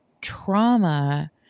trauma